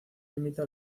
limita